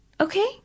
Okay